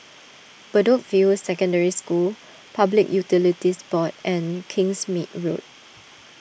Bedok View Secondary School Public Utilities Board and Kingsmead Road